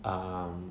um